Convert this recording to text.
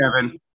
Kevin